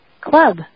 club